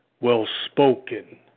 well-spoken